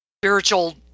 spiritual